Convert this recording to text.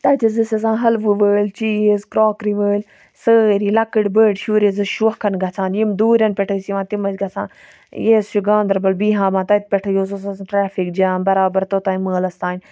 تَتہِ حظ ٲسۍ آسان حٔلوٕ وٲلۍ چیٖز کراکری وٲلۍ سٲری لَکٕٹ بٔڑ شُرۍ حظ ٲسۍ شوقن گَژھان یِم دورٮ۪ن پٮ۪ٹھ ٲسۍ یِوان تِم ٲسۍ گَژھان یہِ حظ چھُ گاندَربَل بیٖہامہ تَتہِ پٮ۪ٹھے حظ اوس آسان ٹریفِک جام بَرابَر توٚتانۍ مٲلَس تانۍ